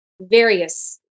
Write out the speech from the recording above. various